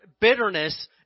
bitterness